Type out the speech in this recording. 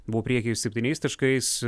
buvo priekyje septyniais taškais